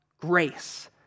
grace